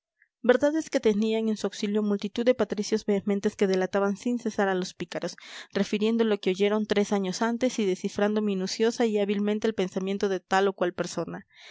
verdad es que tenían en su auxilio a multitud de patricios vehementes que delataban sin cesar a los pícaros refiriendo lo que oyeron tres años antes y descifrando minuciosa y hábilmente el pensamiento de tal o cual persona